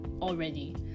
already